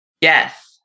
yes